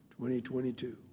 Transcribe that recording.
2022